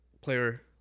player